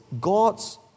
God's